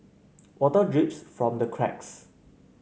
water drips from the cracks